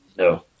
no